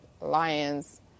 lions